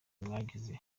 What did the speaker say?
mwagize